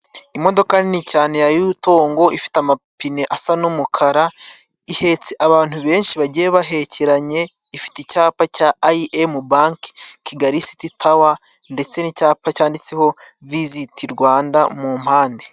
Imodoka nini cyane ya yutongo ifite amapine asa n'umuka. Ihetse abantu benshi bagiye bahekeranye. Ifite icyapa cya Ayi Emu Banke Kigali Siti tawa ndetse n'icyapa cyanditseho visiti Rwanda mu mpande.